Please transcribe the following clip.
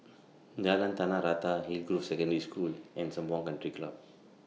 Jalan Tanah Rata Hillgrove Secondary School and Sembawang Country Club